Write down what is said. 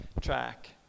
track